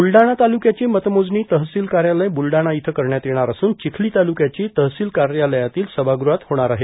वुलडाणा तालुक्याची मतमोजर्फो तहसिल कार्यालय बुलडाणा इथं करण्यात येणार असून विखली तालुक्याची तहसिल कार्यालयातील समागृहात झेपार आहे